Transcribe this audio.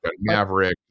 Maverick